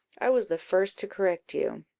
i was the first to correct you,